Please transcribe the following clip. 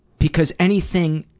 because anything